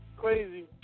crazy